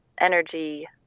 energy